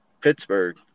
Pittsburgh